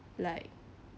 like